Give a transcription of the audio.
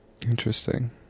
Interesting